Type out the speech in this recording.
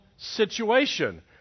situation